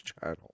channel